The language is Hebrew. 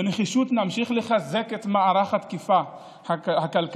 בנחישות נמשיך לחזק את מערך התקיפה הכלכלית.